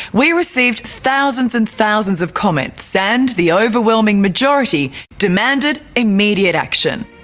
we received thousands and thousands of comments, and the overwhelming majority demanded immediate action.